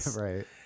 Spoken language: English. Right